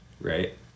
right